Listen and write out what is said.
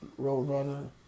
Roadrunner